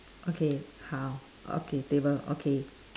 okay 好 okay table okay